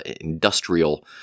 industrial